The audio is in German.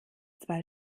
zwei